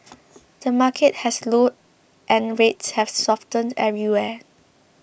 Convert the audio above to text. the market has slowed and rates have softened everywhere